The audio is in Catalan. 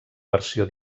versió